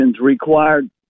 required